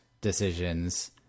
decisions